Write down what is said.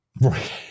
Right